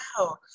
wow